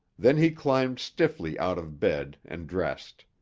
then he climbed stiffly out of bed and dressed.